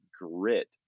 grit